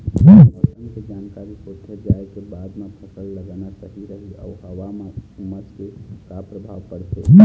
मौसम के जानकारी होथे जाए के बाद मा फसल लगाना सही रही अऊ हवा मा उमस के का परभाव पड़थे?